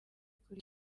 kuri